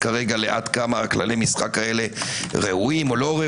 כרגע עד כמה כללי המשחק הללו ראויים או לא,